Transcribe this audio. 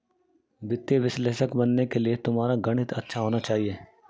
वित्तीय विश्लेषक बनने के लिए तुम्हारा गणित अच्छा होना चाहिए